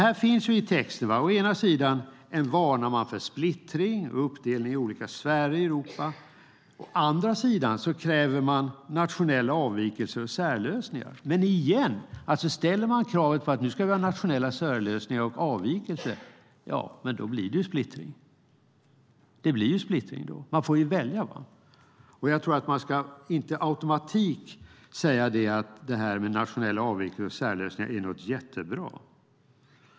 Å ena sidan varnar man i texten för splittring och uppdelning i olika sfärer i Europa. Å andra sidan kräver man nationella avvikelser och särlösningar. Ställer man kravet på nationella särlösningar och avvikelser blir det splittring. Man får således välja. Jag tror inte att man per automatik ska säga att detta med nationella avvikelser och särlösningar är någonting jättebra.